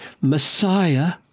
Messiah